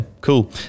cool